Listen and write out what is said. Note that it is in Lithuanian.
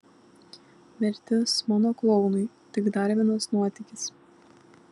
mirtis mano klounui tik dar vienas nuotykis